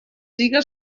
siga